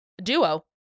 Duo